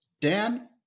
Dan